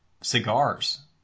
cigars